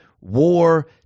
war